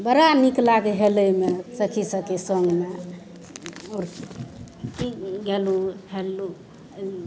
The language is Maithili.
बड़ा नीक लागै हेलैमे सखि सबके सङ्गमे आओर गेलहुॅं हेललहुॅं अयलहुॅं